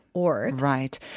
Right